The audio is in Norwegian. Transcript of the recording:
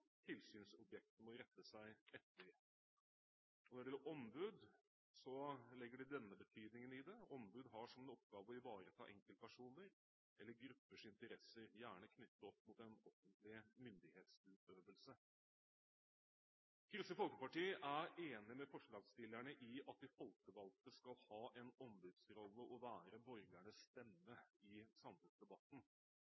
må rette seg etter.» Når det gjelder «ombud», legger de denne betydningen i det: «De har som oppgave å ivareta enkeltpersoner eller gruppers interesser, gjerne knyttet opp mot den offentlige myndighetsutøvelsen.» Kristelig Folkeparti er enig med forslagsstillerne i at de folkevalgte skal ha en ombudsrolle og være borgernes stemme